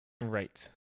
right